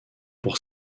pour